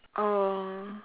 oh